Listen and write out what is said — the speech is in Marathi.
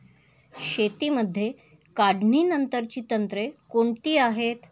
शेतीमध्ये काढणीनंतरची तंत्रे कोणती आहेत?